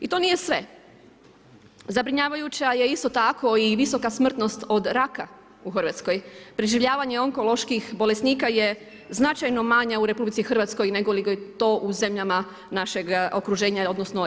I to nije sve, zabrinjavajuća je isto tako i visoka smrtnost od raka u Hrvatskoj, preživljavanje onkoloških bolesnika je značajno manja u RH nego li je to u zemljama našeg okruženja odnosno EU.